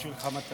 זה בשבילך, מתנה.